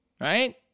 Right